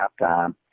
halftime